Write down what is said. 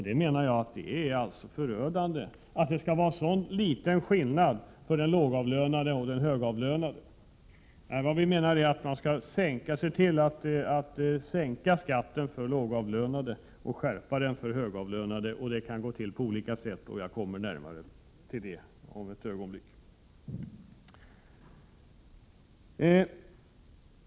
Jag menar att det är förödande att det skall vara en sådan liten skillnad mellan den lågavlönade och den högavlönade. Vi menar att man skall sänka skatten för lågavlönade och skärpa den för högavlönade. Detta kan gå till på olika sätt, vilket jag senare närmare skall beröra.